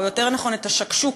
או יותר נכון את ה"שקשוקות",